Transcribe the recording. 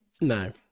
No